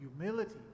humility